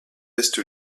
est